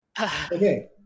Okay